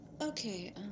okay